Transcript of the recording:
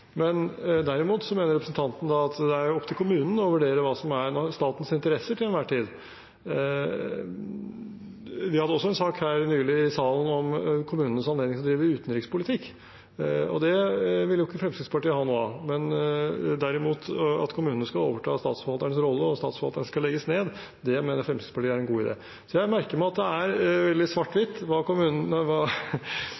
men derimot mener representanten at det er opp til kommunen å vurdere hva som er statens interesser til enhver tid. Vi hadde også nylig en sak her i salen om kommunenes anledning til å drive utenrikspolitikk. Det vil jo ikke Fremskrittspartiet ha noe av. Men at kommunene skal overta statsforvalternes rolle og at Statsforvalteren skal legges ned, mener Fremskrittspartiet er en god idé. Jeg merker meg at det er veldig enten–eller hva Fremskrittspartiet mener om kommunenes selvstyre, og hvor mye tillit vi